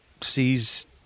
sees